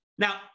Now